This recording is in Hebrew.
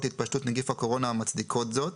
להתפשטות נגיף הקורונה המצדיקות זאת,